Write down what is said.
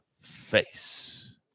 face